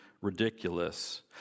ridiculous